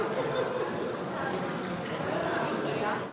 Hvala